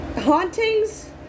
Hauntings